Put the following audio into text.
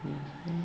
ओमफ्राय